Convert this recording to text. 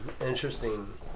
interesting